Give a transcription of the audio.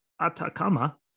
Atacama